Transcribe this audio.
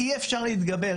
אי-אפשר להתגבר,